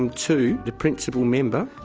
um to the principal member